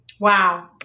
wow